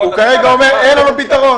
שכרגע אין לו פתרון.